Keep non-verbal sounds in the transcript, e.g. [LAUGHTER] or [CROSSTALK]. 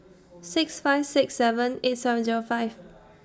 [NOISE] six five six seven eight seven Zero five [NOISE]